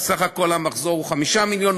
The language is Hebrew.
וסך הכול המחזור הוא 5 מיליון,